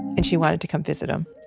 and she wanted to come visit him.